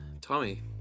Tommy